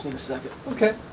second. okay,